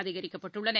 அதிகரிக்கப்பட்டுள்ளன